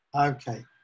Okay